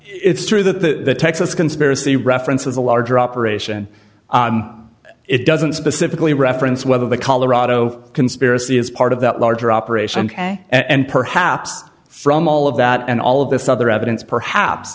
it's true that the texas conspiracy references a larger operation it doesn't specifically reference whether the colorado conspiracy is part of that larger operation and perhaps from all of that and all of this other evidence perhaps